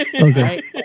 Okay